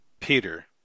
Peter